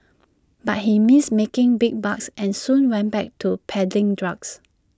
but he missed making big bucks and soon went back to peddling drugs